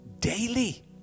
daily